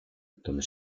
donde